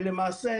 ולמעשה,